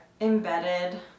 embedded